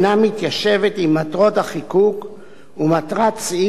החיקוק ומטרת סעיף איסור ההפליה שבו.